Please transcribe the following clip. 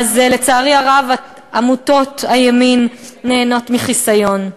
עמותות הימין, לצערי הרב, נהנות מחיסיון.